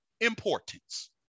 importance